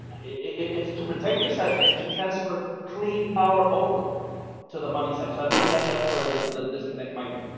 it's to protect your site and to transfer clean power over to the money site. so i think that that's where the the disconnect might be.